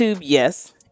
yes